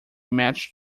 match